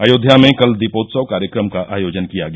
अयोध्या में कल दीपोत्सव कार्यक्रम का आयोजन किया गया